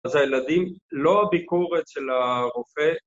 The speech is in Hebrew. ‫אז הילדים. לא הביקור אצל הרופא...